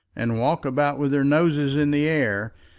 and walk about with their noses in the air,